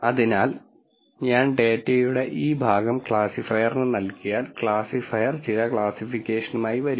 അതിനാൽ ഞാൻ ഡാറ്റയുടെ ഈ ഭാഗം ക്ലാസിഫയറിന് നൽകിയാൽ ക്ലാസിഫയർ ചില ക്ലാസ്സിഫിക്കേഷനുമായി വരും